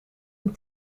een